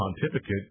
pontificate